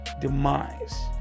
demise